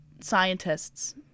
scientists